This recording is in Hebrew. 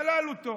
זלל אותו.